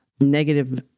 negative